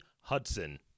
Hudson